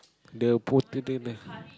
the